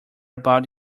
about